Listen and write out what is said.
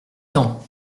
temps